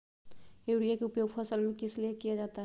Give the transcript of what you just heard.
Urea के उपयोग फसल में किस लिए किया जाता है?